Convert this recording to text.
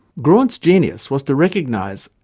graunt's genius was to recognise,